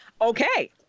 okay